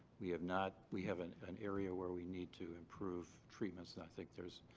we have not. we have an an area where we need to improve treatments and i think there's,